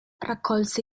raccolse